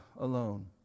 alone